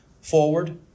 forward